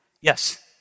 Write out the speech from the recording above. Yes